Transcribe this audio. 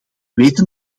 weten